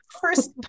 first